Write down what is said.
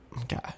Okay